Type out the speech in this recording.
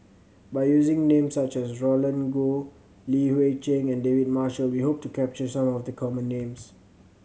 by using names such as Roland Goh Li Hui Cheng and David Marshall we hope to capture some of the common names